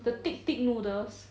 the thick thick noodles